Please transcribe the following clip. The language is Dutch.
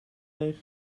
leeg